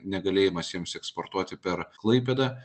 negalėjimas jiems eksportuoti per klaipėdą